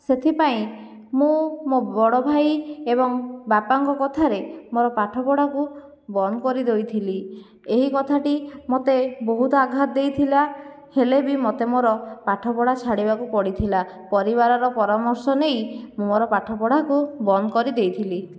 ସେଥିପାଇଁ ମୁଁ ମୋ ବଡ଼ଭାଇ ଏବଂ ବାପାଙ୍କ କଥାରେ ମୋର ପାଠପଢ଼ାକୁ ବନ୍ଦ କରି ଦେଇଥିଲି ଏହି କଥାଟି ମୋତେ ବହୁତ ଆଘାତ ଦେଇଥିଲା ହେଲେବି ମୋତେ ମୋର ପାଠପଢ଼ା ଛାଡ଼ିବାକୁ ପଡ଼ିଥିଲା ପରିବାରର ପରାମର୍ଶ ନେଇ ମୁଁ ମୋର ପାଠପଢ଼ାକୁ ବନ୍ଦ କରି ଦେଇଥିଲି